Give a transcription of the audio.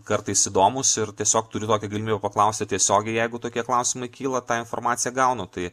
kartais įdomūs ir tiesiog turiu tokią galimybę paklausti tiesiogiai jeigu tokie klausimai kyla tą informaciją gaunu tai